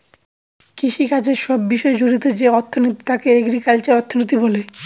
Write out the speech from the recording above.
কৃষিকাজের সব বিষয় জড়িত যে অর্থনীতি তাকে এগ্রিকালচারাল অর্থনীতি বলে